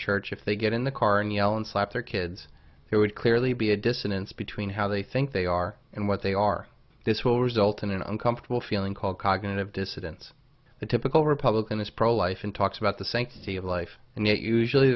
church if they get in the car and yell and slap their kids there would really be a dissonance between how they think they are and what they are this will result in an uncomfortable feeling called cognitive dissidence the typical republican is pro life and talks about the sanctity of life and that usually